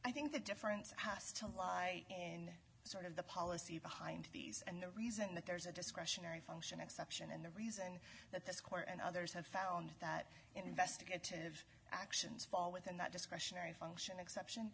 i think the difference has to lie and sort of the policy behind these and the reason that there is a discretionary function and the reason that this court and others have found that investigative actions fall within that discretionary function exception